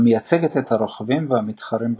המייצגת את הרוכבים והמתחרים בתחום,